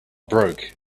broke